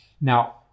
Now